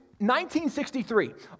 1963